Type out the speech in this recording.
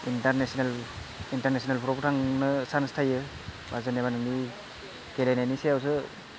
इन्टारनेसनेलफोरावबो थांनो सान्स थायो बा जेनेबा नोंनि गेलेनायनि सायावसो